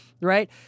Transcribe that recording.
right